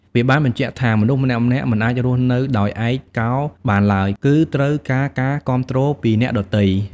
វាបានបញ្ជាក់ថា មនុស្សម្នាក់ៗមិនអាចរស់នៅដោយឯកោបានឡើយ គឺត្រូវការការគាំទ្រពីអ្នកដទៃ។